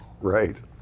Right